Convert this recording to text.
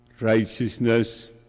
Righteousness